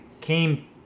came